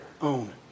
own